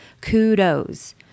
kudos